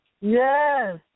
Yes